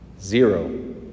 Zero